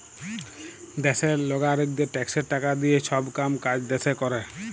দ্যাশের লাগারিকদের ট্যাক্সের টাকা দিঁয়ে ছব কাম কাজ দ্যাশে ক্যরে